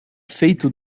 feito